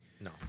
No